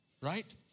Right